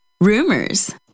rumors